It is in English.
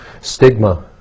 stigma